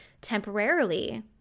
temporarily